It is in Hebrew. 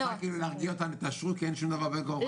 את רוצה כאילו להרגיע אותנו תאשרו כי אין שום דבר בין כה וכה.